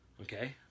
Okay